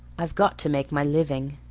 i've got to make my living.